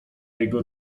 jego